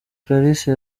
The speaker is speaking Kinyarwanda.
clarisse